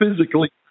physically